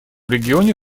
регионе